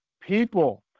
people